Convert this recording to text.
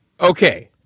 Okay